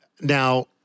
Now